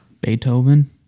Beethoven